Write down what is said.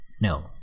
No